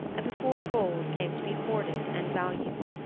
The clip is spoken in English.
before gold came to be hoarded and valued.